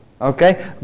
Okay